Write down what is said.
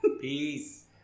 Peace